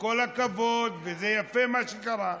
וכל הכבוד, ויפה מה שקרה.